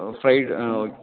ah five ah okay